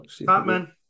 Batman